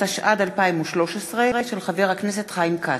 התשע"ד 2013, של חבר הכנסת חיים כץ.